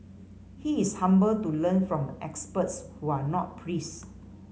he is humble to learn from experts who are not priests